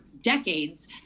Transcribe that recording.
decades